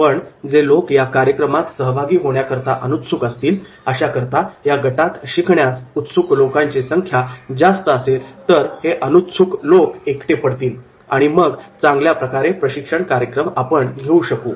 पण जे लोक या कार्यक्रमात सहभागी होण्याकरता अनुत्सुक असतील अशाकरीता जर गटात शिकण्यास उत्सुक लोकांची संख्या जास्त असतील तर हे अनुत्सुक लोक एकटे पडतील आणि मग आपण चांगल्या प्रकारे प्रशिक्षण कार्यक्रम घेऊ शकू